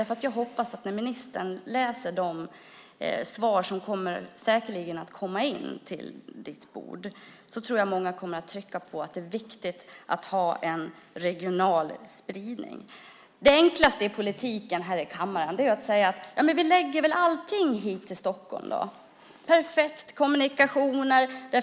I de svar som säkerligen kommer in till ministerns bord tror jag att många kommer att trycka på att det är viktigt att ha en regional spridning. Det enklaste i politiken här i kammaren vore att säga: Men då förlägger vi väl allting hit till Stockholm. Det är perfekta kommunikationer.